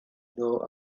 know